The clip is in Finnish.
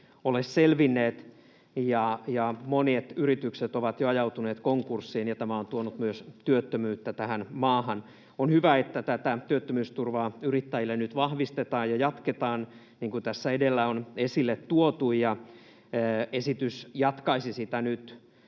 ole selvinneet, ja monet yritykset ovat jo ajautuneet konkurssiin, ja tämä on tuonut myös työttömyyttä tähän maahan. On hyvä, että tätä työttömyysturvaa yrittäjille nyt vahvistetaan ja jatketaan, niin kuin tässä edellä on esille tuotu, ja esitys jatkaisi sitä nyt